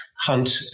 Hunt